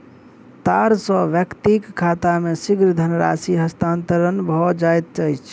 तार सॅ व्यक्तिक खाता मे शीघ्र धनराशि हस्तांतरण भ जाइत अछि